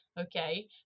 okay